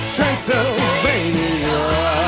Transylvania